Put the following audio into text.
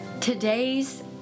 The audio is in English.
Today's